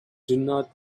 didn’t